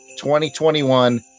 2021